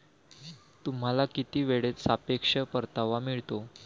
तुम्हाला किती वेळेत सापेक्ष परतावा मिळतो?